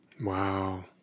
Wow